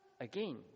Again